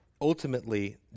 ultimately